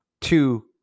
two